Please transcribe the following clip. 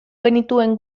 genituen